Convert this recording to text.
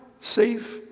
Safe